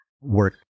work